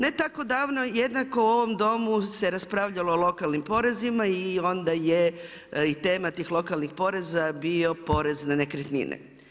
Ne tako davno, jednako o ovom Domu se raspravljalo o lokalnim porezima i onda je i tema tih lokalnih poreza bio porez na nekretnine.